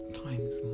times